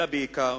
אלא בעיקר